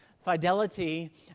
fidelity